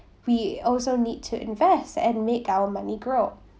we also need to invest and make our money grow